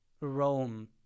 rome